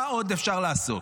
מה עוד אפשר לעשות?